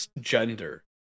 gender